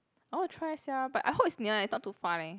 I wanna try sia but I hope it's near eh not too far leh